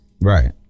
Right